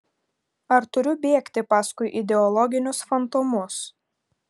ar turiu bėgti paskui ideologinius fantomus